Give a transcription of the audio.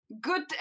good